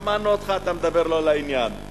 שמענו אותך, אתה מדבר לא לעניין.